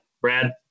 Brad